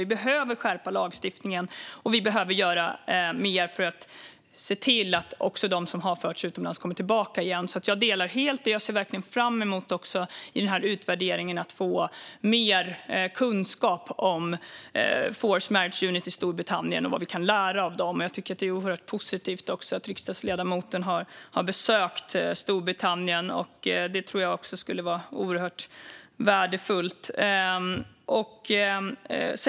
Vi behöver skärpa lagstiftningen och göra mer för att se till att också de som har förts utomlands kommer tillbaka igen. Jag delar helt synen på detta och ser verkligen fram emot att genom den här utvärderingen få mer kunskap om Forced Marriage Unit i Storbritannien och vad vi kan lära av dem. Jag tycker att det är positivt att riksdagsledamoten har besökt Storbritannien. Det tror jag att jag också skulle tycka var oerhört värdefullt.